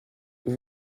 aux